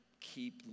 keep